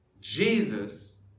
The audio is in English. Jesus